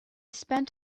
spent